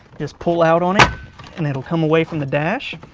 just pull out on it and it will come away from the dash.